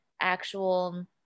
actual